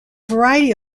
variety